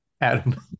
Adam